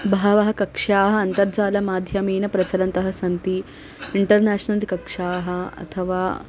बहवः कक्ष्याः अन्तर्जालमाध्यमेन प्रचलन्तः सन्ति इण्टर्नेश्नल् कक्ष्याः अथवा